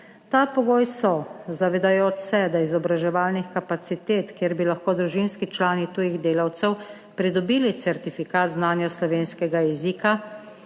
Ta pogoj so, zavedajoč se, da izobraževalnih kapacitet, kjer bi lahko družinski člani tujih delavcev pridobili certifikat znanja slovenskega jezika,